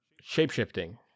shape-shifting